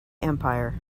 empire